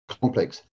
complex